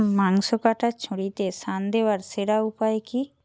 মাংস কাটার ছুরিতে শান দেওয়ার সেরা উপায় কী